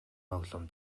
тоглоом